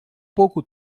pouco